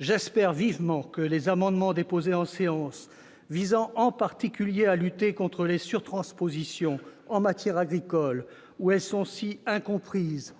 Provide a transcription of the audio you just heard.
J'espère vivement que les amendements de séance déposés, visant en particulier à lutter contre les surtranspositions dans le secteur agricole, où elles sont si incomprises,